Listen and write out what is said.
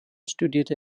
studierte